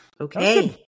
Okay